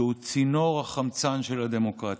שהוא צינור החמצן של הדמוקרטיה.